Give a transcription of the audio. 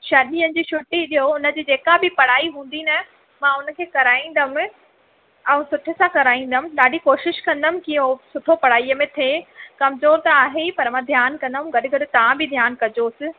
छह ॾींहंनि जी छुट्टी ॾियो हुन जी जेका बि पढ़ाई हूंदी न मां हुनखे कराईंदमि ऐं सुठे सां कराईंदमि ॾाढी कोशिश कंदमि की उहो सुठो पढ़ाईअ में थिए कमज़ोर त आहे ई पर मां ध्यानु कंदमि गॾ गॾ तव्हां बि ध्यानु कजोसि